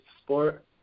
sport